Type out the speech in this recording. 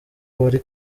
wari